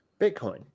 bitcoin